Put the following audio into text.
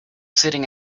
sitting